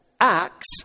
acts